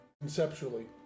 conceptually